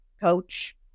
coach